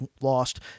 lost